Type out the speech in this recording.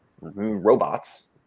robots